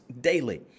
daily